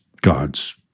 God's